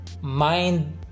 Mind